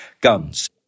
guns